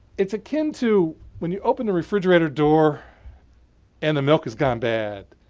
it's akin to when you open the refrigerator door and the milk has gone bad.